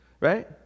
right